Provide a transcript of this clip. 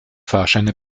fahrscheine